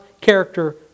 character